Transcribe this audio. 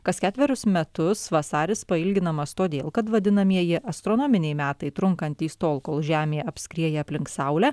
kas ketverius metus vasaris pailginamas todėl kad vadinamieji astronominiai metai trunkantys tol kol žemė apskrieja aplink saulę